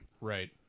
Right